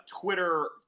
Twitter